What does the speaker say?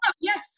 yes